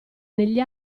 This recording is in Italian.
negli